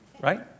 right